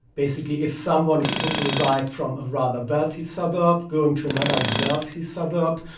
basically if someone is booking a ride from a rather wealthy suburb, going to another wealthy suburb,